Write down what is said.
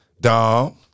Dom